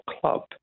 club